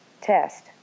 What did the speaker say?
test